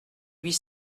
huit